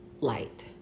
light